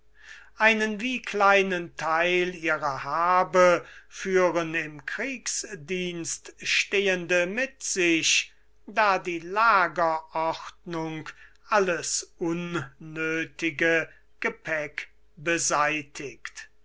einen wie kleinen theil ihrer habe führen im kriegsdienst stehende mit sich da die lageordnung alles unnöthige gepäck beseitigt